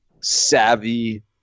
savvy